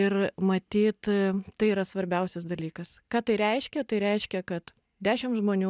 ir matyt tai yra svarbiausias dalykas ką tai reiškia tai reiškia kad dešim žmonių